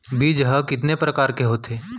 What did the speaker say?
बीज ह कितने प्रकार के होथे?